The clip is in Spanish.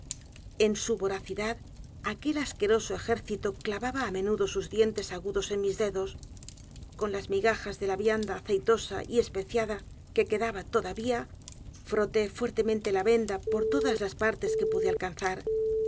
en su voracidad aquel asqueroso ejército clavaba á menudo sus dientes a g u d o s en mi dedos con las migajas de la vianda aceitosa y especiada que quedaba todavía froté fuertemente la venda por todas las partes que pude alcanzar